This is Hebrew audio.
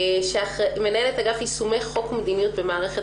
מנהלת אגף יישומי חוק מדיניות במערכת